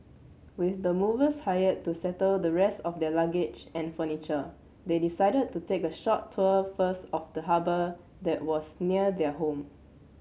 with the movers hired to settle the rest of their luggage and furniture they decided to take a short tour first of the harbour that was near their home